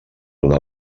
una